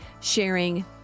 sharing